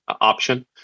option